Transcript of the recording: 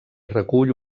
recull